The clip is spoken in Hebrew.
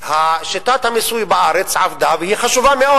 שיטת המיסוי בארץ עבדה, והיא חשובה מאוד.